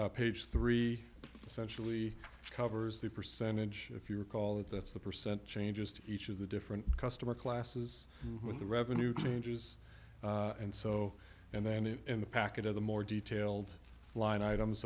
so page three sensually covers the percentage if you call it that's the percent changes to each of the different customer classes with the revenue changes and so and then in the packet of the more detailed line items